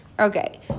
okay